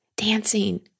dancing